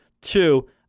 Two